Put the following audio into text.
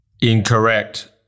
incorrect